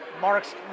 Mark's